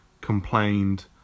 complained